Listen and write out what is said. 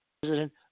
president